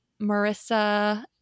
Marissa